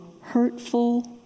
hurtful